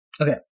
Okay